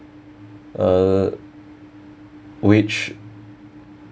uh which